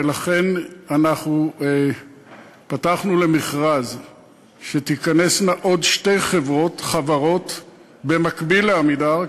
ולכן פתחנו מכרז שתיכנסנה עוד שתי חברות במקביל ל"עמידר",